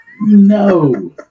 No